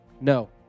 no